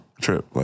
trip